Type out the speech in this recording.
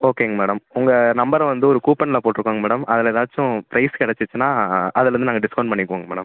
ஓகேங்க மேடம் உங்கள் நம்பரை வந்து கூப்பனில் போட்டிருக்கோங்க மேடம் அதில் ஏதாச்சும் ப்ரைஸ் கிடைச்சுச்சுனா அதுலேருந்து நாங்கள் டிஸ்கவுண்ட் பண்ணிக்குவோங்க மேடம்